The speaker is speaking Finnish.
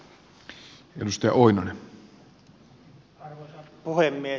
arvoisa puhemies